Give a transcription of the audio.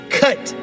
cut